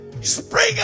spring